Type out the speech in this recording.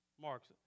marks